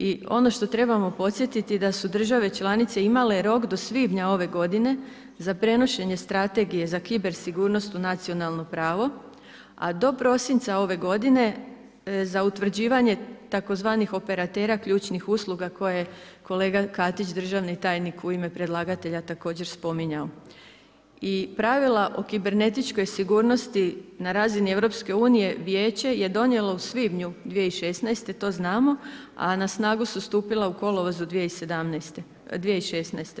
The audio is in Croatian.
I ono što trebamo podsjetiti da su države članice imale rok do svibnja ove godine za prenošenje Strategije za kiber sigurnost u nacionalno pravo, a do prosinca ove godine za utvrđivanje tzv. operatera ključnih usluga koje kolega Katić državni tajnik u ime predlagatelja također spominjao i pravila o kibernetičkoj sigurnosti na razini EU, Vijeće je donijelo u svibnju 2016. to znamo, a na snagu su stupila u kolovozu 2016.